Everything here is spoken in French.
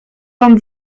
vingt